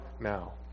now